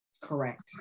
Correct